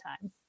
time